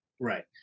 right